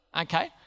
okay